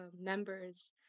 members